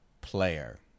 player